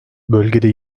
bölgede